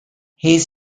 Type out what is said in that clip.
hayes